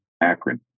Akron